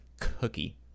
cookie